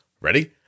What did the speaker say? Ready